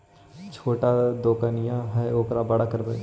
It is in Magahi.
छोटा दोकनिया है ओरा बड़ा करवै?